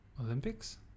Olympics